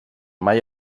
mai